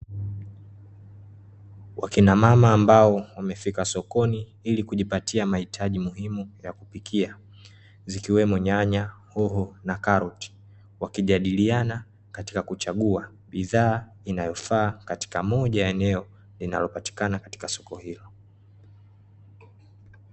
Wakinamama ambao wamefika sokoni ili kujipatia mahitaji muhimu ya kupikia zikiwemo nyanya, hoho na karoti. Wakijadiliana katika kuchagua bidhaa inayofaa katika moja ya eneo linalopatikana katika soko hilo.